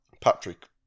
Patrick